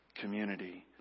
community